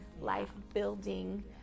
life-building